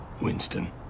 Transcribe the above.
Winston